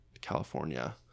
california